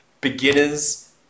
beginners